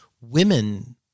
women